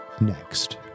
next